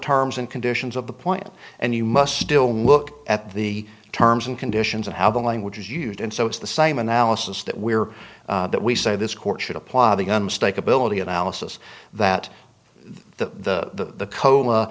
terms and conditions of the point and you must still look at the terms and conditions of how the language is used and so it's the same analysis that we are that we say this court should apply the gun steak ability analysis that the